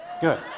good